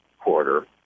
quarter